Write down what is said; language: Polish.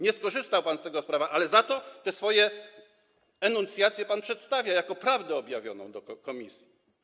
Nie skorzystał pan z tego prawa, ale za to te swoje enuncjacje pan przedstawia jako prawdę objawioną komisji.